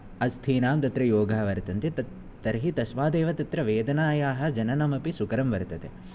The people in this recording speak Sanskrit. अस्थ्नां तत्र योगः वर्तन्ते तत् तर्हि तस्मात् एव तत्र वेदनायाः जननमपि सुकरं वर्तते